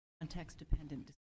context-dependent